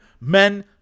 men